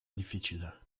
difficile